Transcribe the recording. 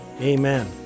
amen